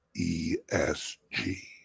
ESG